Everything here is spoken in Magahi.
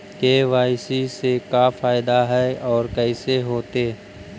के.वाई.सी से का फायदा है और कैसे होतै?